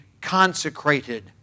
consecrated